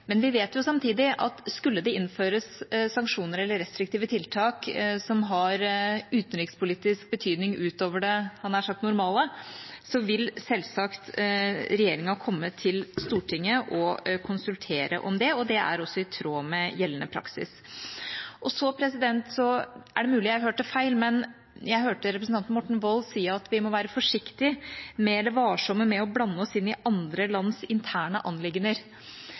Men vi vet samtidig at skulle det innføres sanksjoner eller restriktive tiltak som har utenrikspolitisk betydning utover det normale, vil selvsagt regjeringa komme til Stortinget og konsultere om det. Det er i tråd med gjeldende praksis. Det er mulig jeg hørte feil, men jeg hørte representanten Morten Wold si at vi må være forsiktig, mer varsom med å blande oss inn i andre lands interne anliggender.